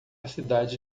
cidade